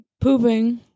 Pooping